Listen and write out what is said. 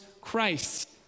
Christ